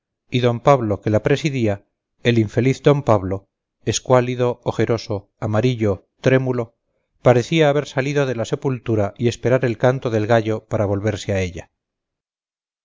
y don pablo que la presidía el infeliz d pablo escuálido ojeroso amarillo trémulo parecía haber salido de la sepultura y esperar el canto del gallo para volverse a ella